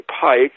Pike